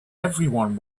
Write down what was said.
everyone